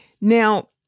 Now